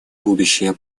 будущее